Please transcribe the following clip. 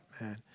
man